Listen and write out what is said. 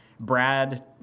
Brad